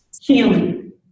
Healing